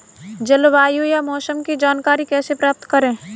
जलवायु या मौसम की जानकारी कैसे प्राप्त करें?